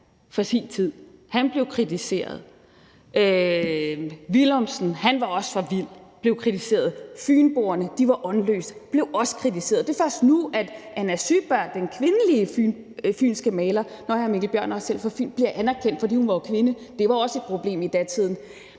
for sin tid, og han blev kritiseret. Villumsen var også for vild og blev kritiseret. Fynboerne var åndløse og blev også kritiseret. Det er først nu, at Anna Syberg, den kvindelige fynske maler – nu er hr. Mikkel Bjørn også selv fra Fyn – bliver anerkendt, for hun var jo kvinde, og det var også et problem i datiden.